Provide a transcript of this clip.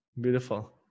Beautiful